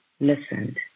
listened